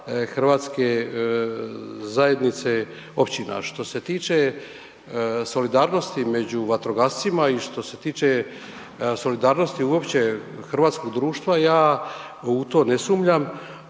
Hrvatske zajednice općina. Što se tiče solidarnosti među vatrogascima i što se tiče solidarnosti uopće hrvatskog društva ja u to ne sumnjam.